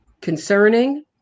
concerning